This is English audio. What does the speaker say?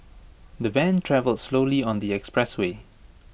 the van travelled slowly on the expressway